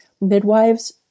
Midwives